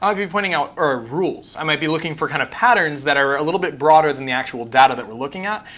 um be pointing out rules. i might be looking for kind of patterns that are a little bit broader than the actual data that we're looking at.